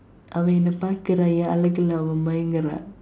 அவ என்னே பாக்குற என் அழகுல அவ மயங்குறா:ava ennee paakkuraa en azhagula ava mayangkuraa